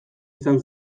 izan